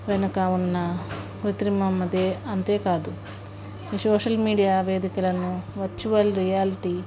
వెనక ఉన్న కృత్రిమంది అంతేకాదు సోషల్ మీడియా వేదికలను వర్చువల్ రియాలిటీ